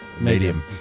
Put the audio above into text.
Medium